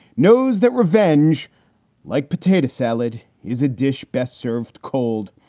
knows that revenge like potato salad is a dish best served cold.